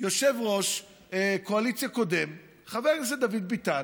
יושב-ראש קואליציה קודם, חבר הכנסת דוד ביטן,